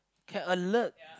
can alert